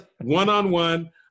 one-on-one